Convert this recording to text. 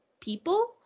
people